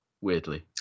Weirdly